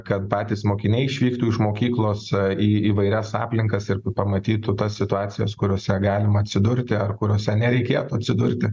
kad patys mokiniai išvyktų iš mokyklose į įvairias aplinkas ir pamatytų tas situacijas kuriose galima atsidurti ar kuriose nereikėtų atsidurti